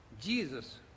Jesus